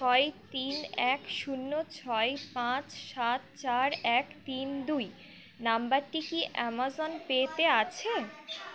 ছয় তিন এক শূন্য ছয় পাঁচ সাত চার এক তিন দুই নম্বরটি কি অ্যামাজন পেতে আছে